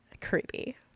creepy